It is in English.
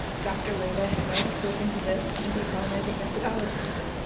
dr. linda has already spoken to this in decolonizing methodologies,